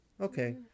okay